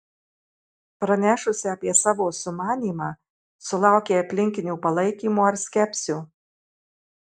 pranešusi apie savo sumanymą sulaukei aplinkinių palaikymo ar skepsio